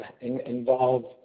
involve